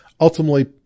ultimately